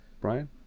Brian